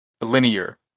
linear